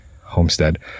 homestead